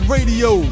Radio